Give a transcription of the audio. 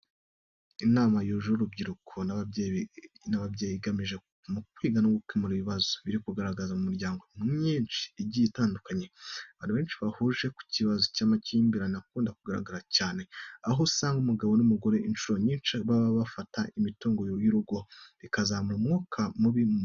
Inama yahuje urubyiruko n'ababyeyi igamije ku kwiga no gukemura ibibazo biri kugaragara mu miryango myinshi igiye itandukanye. Abantu benshi bahurije ku kibazo cy'amakimbirane akunda kugaragara cyane, aho usanga umugabo n'umugore incuro nyinshi baba bapfa imitungo y'urugo, bikazamura umwuka mubi mu muryango.